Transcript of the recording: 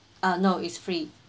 uh no is free